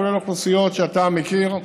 כולל האוכלוסייה שאתה מכיר,